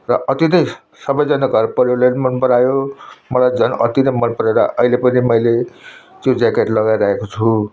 र अति नै सबैजना घरपरिवारले पनि मनपरायो मलाई झन् अति नै मनपरेर अहिले पनि मैले त्यो ज्याकेट लगाइरहेको छु